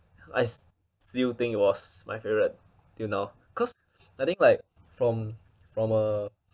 I s~ still think it was my favourite till now cause I think like from from uh